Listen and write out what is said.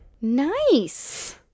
Nice